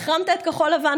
החרמת את כחול לבן,